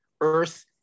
earth